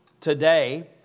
today